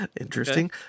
Interesting